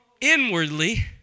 inwardly